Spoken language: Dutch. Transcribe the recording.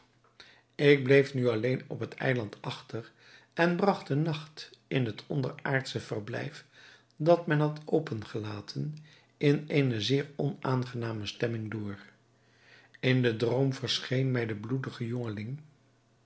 ik bleef nu alleen op het eiland achter en bragt den nacht in het onderaardsche verblijf dat men had opengelaten in eene zeer onaangename stemming door in den droom verscheen mij de bloedige jongeling